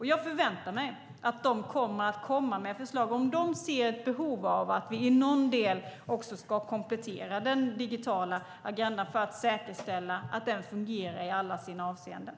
Jag förväntar mig att kommissionen kommer med förslag, om de ser ett behov av att i någon del komplettera den digitala agendan för att säkerställa att den fungerar i alla avseenden.